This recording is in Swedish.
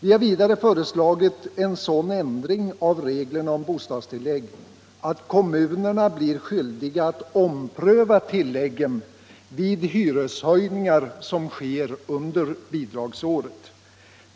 Vi har vidare föreslagit en sådan ändring av reglerna för bostadstillägg att kommunerna blir skyldiga att ompröva tilläggen vid hyreshöjningar som sker under bidragsåret.